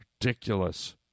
Ridiculous